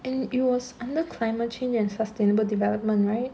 and it was under climate change and sustainable development right